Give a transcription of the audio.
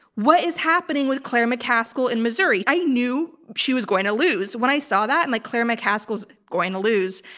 what is happening with claire mccaskill in missouri? i knew she was going to lose. when i saw that, i'm and like, claire mccaskill is going to lose.